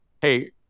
hey